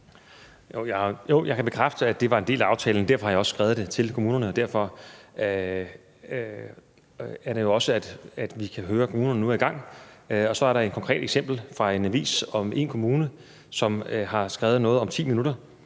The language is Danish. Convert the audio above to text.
Jo, jeg kan bekræfte, at det var en del af aftalen. Derfor har jeg også skrevet det til kommunerne, og derfor kan vi jo også høre, at kommunerne nu er i gang. Så er der et konkret eksempel i en avis om en kommune, som har skrevet noget om 10 minutter,